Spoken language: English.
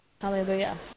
Hallelujah